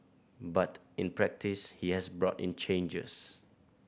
but in practise he has brought in changes